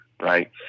right